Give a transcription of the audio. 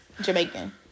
Jamaican